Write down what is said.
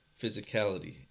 physicality